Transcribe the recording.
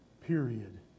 Period